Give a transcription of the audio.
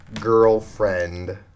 girlfriend